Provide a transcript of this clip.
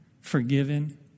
forgiven